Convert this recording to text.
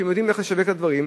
שהם יודעים לחשב את הדברים,